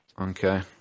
Okay